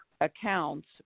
accounts